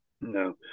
no